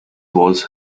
was